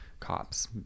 cops